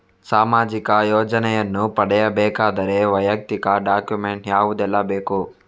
ಸಾಮಾಜಿಕ ಯೋಜನೆಯನ್ನು ಪಡೆಯಬೇಕಾದರೆ ವೈಯಕ್ತಿಕ ಡಾಕ್ಯುಮೆಂಟ್ ಯಾವುದೆಲ್ಲ ಬೇಕು?